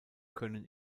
können